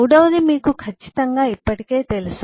మూడవది మీకు ఖచ్చితంగా ఇప్పటికే తెలుసు